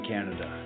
Canada